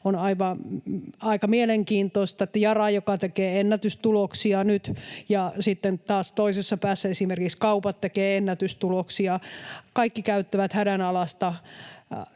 On aika mielenkiintoista, että kun Yara tekee ennätystuloksia nyt ja sitten taas toisessa päässä esimerkiksi kaupat tekevät ennätystuloksia, kaikki käyttävät hädänalaista